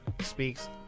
speaks